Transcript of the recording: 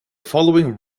following